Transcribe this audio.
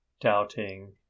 doubting